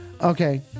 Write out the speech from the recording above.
Okay